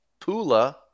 pula